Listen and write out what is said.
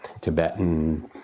tibetan